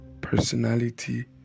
personality